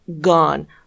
gone